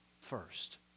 first